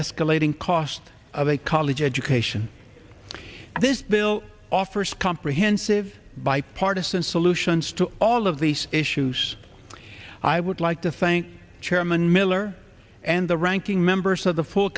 escalating cost of a college education this bill offers comprehensive bipartisan solutions to all of these issues i would like to thank chairman miller and the ranking members of the f